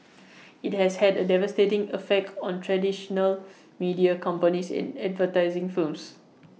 IT has had A devastating effect on traditional media companies and advertising firms